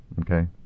Okay